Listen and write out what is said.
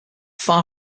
far